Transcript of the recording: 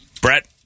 Brett